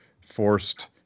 forced